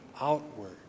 outward